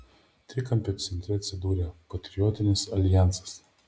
trikampio centre atsidūrė patriotinis aljansas